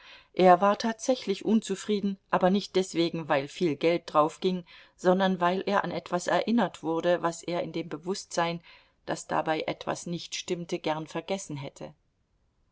er war tatsächlich unzufrieden aber nicht deswegen weil viel geld draufging sondern weil er an etwas erinnert wurde was er in dem bewußtsein daß dabei etwas nicht stimmte gern vergessen hätte